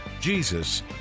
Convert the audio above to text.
Jesus